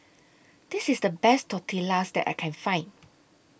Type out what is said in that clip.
This IS The Best Tortillas that I Can Find